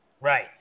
Right